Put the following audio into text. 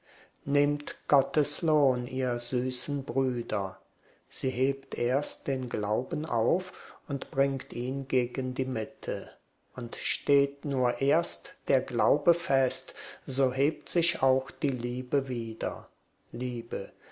nehmt gotteslohn ihr süßen brüder sie hebt erst den glauben auf und bringt ihn gegen die mitte und steht nur erst der glaube fest so hebt sich auch die liebe wieder liebe